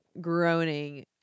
groaning